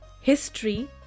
History